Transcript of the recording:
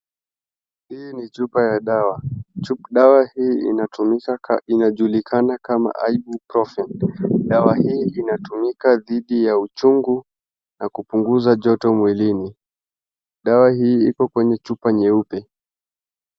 Hii ni chupa ya dawa. Dawa hii inajulikana kama Ibuprofen. Dawa hii inatumika dhidi ya uchungu na kupunguza joto mwilini. Dawa hii iko kwenye chupa nyeupe.